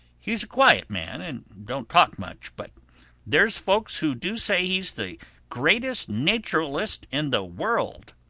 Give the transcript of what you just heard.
he's a quiet man and don't talk much but there's folks who do say he's the greatest nacheralist in the world.